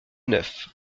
neuf